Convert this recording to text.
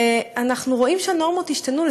ואנחנו רואים שהנורמות השתנו,